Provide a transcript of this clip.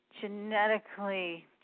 genetically